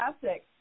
fantastic